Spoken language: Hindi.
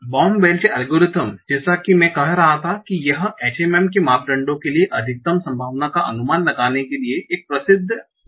इसलिए बॉम वेल्च एल्गोरिथ्म जैसा कि मैं कह रहा था कि यह HMM के मापदंडों के लिए अधिकतम संभावना का अनुमान लगाने के लिए एक प्रसिद्ध EM एल्गोरिथ्म है